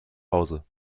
hause